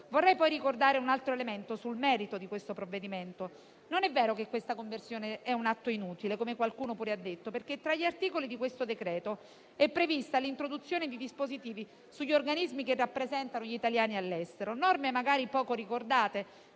Vorrei ricordare un altro elemento sul merito del provvedimento. Non è vero che questa conversione è un atto inutile - come qualcuno ha detto - perché tra gli articoli del decreto è prevista l'introduzione di dispositivi sugli organismi che rappresentano gli italiani all'estero, norme magari poco ricordate